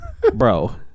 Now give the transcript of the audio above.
bro